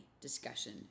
Discussion